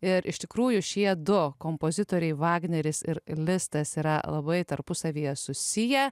ir iš tikrųjų šie du kompozitoriai vagneris ir listas yra labai tarpusavyje susiję